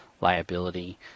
liability